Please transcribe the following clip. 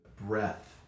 breath